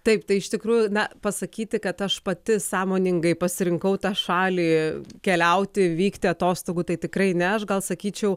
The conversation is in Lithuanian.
taip tai iš tikrųjų na pasakyti kad aš pati sąmoningai pasirinkau tą šalį keliauti vykti atostogų tai tikrai ne aš gal sakyčiau